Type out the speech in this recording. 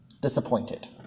disappointed